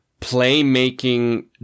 playmaking